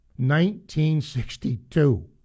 1962